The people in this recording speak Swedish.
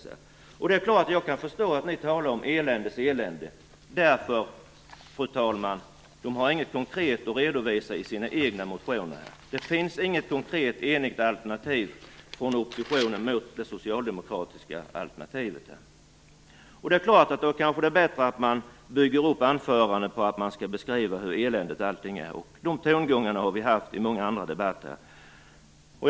Och jag kan förstå att de gör det, fru talman, för de har inget konkret att redovisa i sina egna motioner. Det finns inget konkret, enigt alternativ från oppositionen till det socialdemokratiska alternativet. Då är det förstås bättre att bygga upp sina anföranden på att beskriva hur eländigt allting är. De tongångarna har vi haft i många andra debatter också.